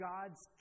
God's